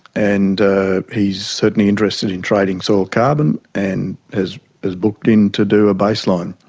and he's certainly interested in trading soil carbon and has has booked in to do a baseline.